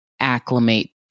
acclimate